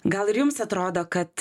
gal ir jums atrodo kad